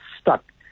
stuck